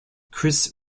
chris